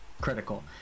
critical